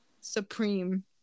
Supreme